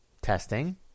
testing